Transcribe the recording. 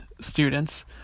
students